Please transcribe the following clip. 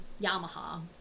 Yamaha